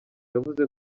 yavuze